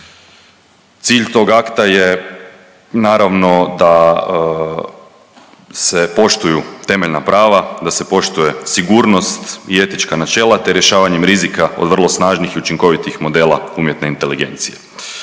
Cilj tog akta je naravno da se poštuju temeljna prava, da se poštuje sigurnost i etička načela, te rješavanjem rizika od vrlo snažnih i učinkovitih modela umjetne inteligencije.